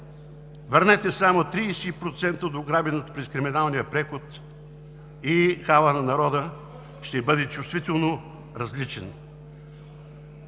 върнете само 30% от ограбеното през криминалния преход и халът на народа ще бъде чувствително различен.